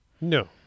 No